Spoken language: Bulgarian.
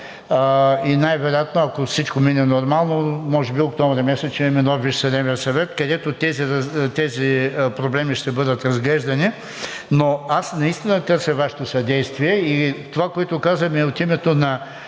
и най-вероятно, ако всичко мине нормално, може би октомври месец ще имаме нов Висш съдебен съвет, където тези проблеми ще бъдат разглеждани, но аз наистина търся Вашето съдействие. Това, което казваме, от името